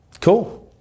Cool